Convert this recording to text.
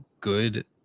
good